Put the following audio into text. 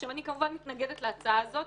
אני כמובן מתנגדת להצעה הזאת,